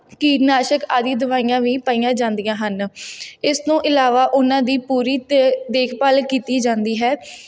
ਕੀਟਨਾਸ਼ਕ ਆਦਿ ਦਵਾਈਆਂ ਵੀ ਪਾਈਆਂ ਜਾਂਦੀਆਂ ਹਨ ਇਸ ਤੋਂ ਇਲਾਵਾ ਉਹਨਾਂ ਦੀ ਪੂਰੀ ਦੇਖਭਾਲ ਕੀਤੀ ਜਾਂਦੀ ਹੈ